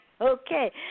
Okay